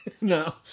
No